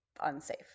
unsafe